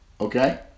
okay